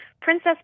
princess